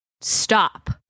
stop